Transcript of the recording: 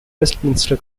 westminster